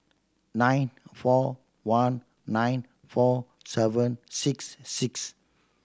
nine four one nine four seven six six